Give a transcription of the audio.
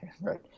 right